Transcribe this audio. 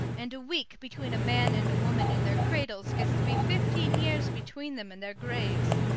and a week between a man and a woman in their cradles gets to be fifteen years between them and their graves.